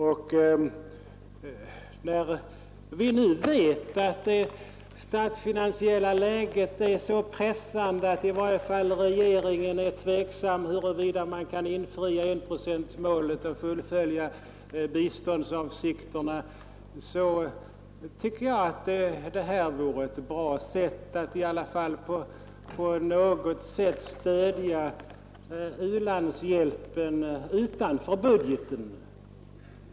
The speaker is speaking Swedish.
När vi nu vet att det statsfinansiella läget är så pressat att i varje fall regeringen är tveksam huruvida man kan infria enprocentsmålet och fullfölja biståndsavsikterna tycker jag att vårt förslag vore ett bra sätt att stödja u-landshjälpen utanför budgeten.